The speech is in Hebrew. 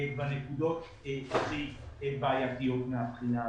בנקודות הכי בעייתיות מהבחינה הזאת.